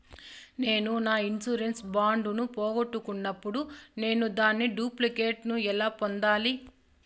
నేను నా insurance bond ను పోగొట్టుకున్నప్పుడు నేను దాని డూప్లికేట్ ను ఎలా పొందాలి?